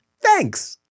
Thanks